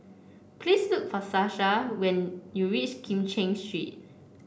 please look for Sasha when you reach Kim Cheng Street